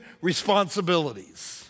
responsibilities